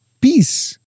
peace